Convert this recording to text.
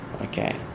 okay